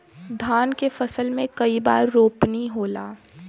धान के फसल मे कई बार रोपनी होला?